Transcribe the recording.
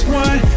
one